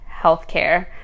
healthcare